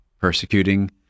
persecuting